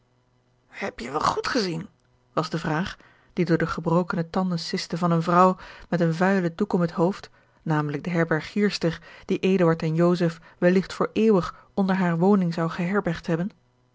heb je wel goed gezien was de vraag die door de gebrokene tanden siste van eene vrouw met een vuilen doek om het hoofd namelijk de herbergierster die eduard en joseph welligt voor eeuwig onder hare woning zou geherbergd hebben